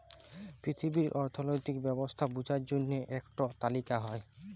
পিথিবীর অথ্থলৈতিক ব্যবস্থা বুঝার জ্যনহে ইকট তালিকা হ্যয়